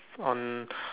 on